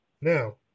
Now